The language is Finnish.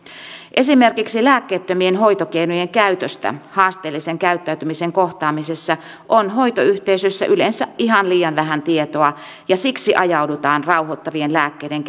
esimerkiksi lääkkeettömien hoitokeinojen käytöstä haasteellisen käyttäytymisen kohtaamisessa on hoitoyhteisöissä yleensä ihan liian vähän tietoa ja siksi ajaudutaan rauhoittavien lääkkeiden